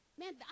Man